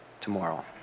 tomorrow